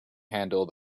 handle